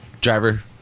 Driver